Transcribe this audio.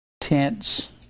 tense